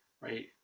right